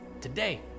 today